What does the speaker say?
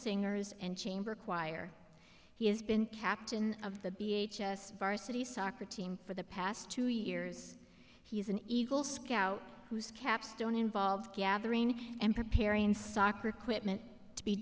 singers and chamber choir he has been captain of the b h us varsity soccer team for the past two years he's an eagle scout whose capstone involved gathering and preparing soccer equipment to be